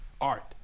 art